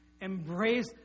embrace